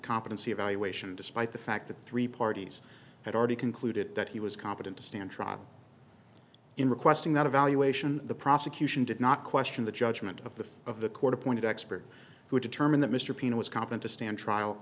competency evaluation despite the fact that three parties had already concluded that he was competent to stand trial in requesting that evaluation the prosecution did not question the judgment of the of the court appointed expert who determine that mr pino was content to stand trial